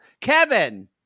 kevin